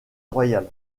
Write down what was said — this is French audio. royal